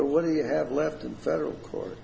so what do you have left in federal court